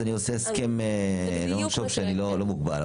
אני עושה הסכם שאני לא מוגבל.